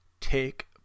take